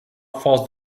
fast